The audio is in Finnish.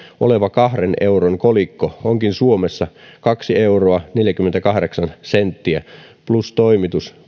oleva kahden euron kolikko onkin suomessa kaksi euroa neljäkymmentäkahdeksan senttiä plus toimitus